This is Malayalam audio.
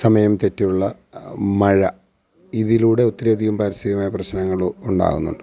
സമയം തെറ്റിയുള്ള മഴ ഇതിലൂടെ ഒത്തിരിയധികം പരിസ്ഥിതികമായ പ്രശ്നങ്ങള് ഉണ്ടാവുന്നുണ്ട്